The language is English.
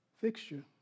fixture